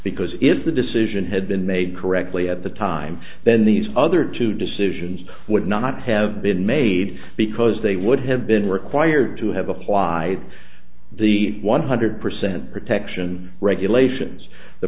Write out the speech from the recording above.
because if the decision had been made correctly at the time then these other two decisions would not have been made because they would have been required to have applied the one hundred percent protection regulations the